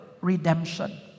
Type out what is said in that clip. redemption